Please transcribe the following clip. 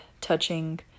touching